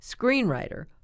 screenwriter